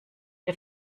der